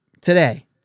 today